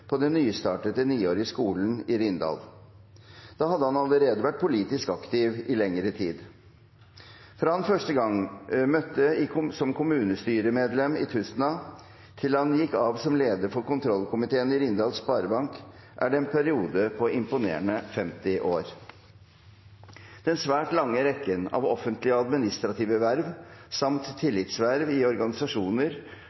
på den nystartede niårige skolen i Rindal. Da hadde han allerede vært politisk aktiv i lengre tid. Fra han første gang møtte som kommunestyremedlem i Tustna, til han gikk av som leder for kontrollkomiteen i Rindal sparebank, er det en periode på imponerende 50 år. Den svært lange rekken av offentlige og administrative verv, samt